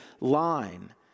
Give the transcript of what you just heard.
line